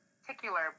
particular